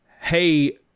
Hey